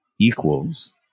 equals